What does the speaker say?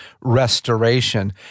restoration